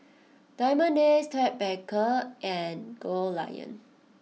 Diamond Days Ted Baker and Goldlion